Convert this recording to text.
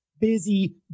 busy